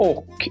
Och